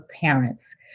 parents